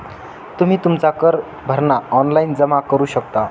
तुम्ही तुमचा कर भरणा ऑनलाइन जमा करू शकता